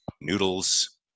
noodles